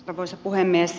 arvoisa puhemies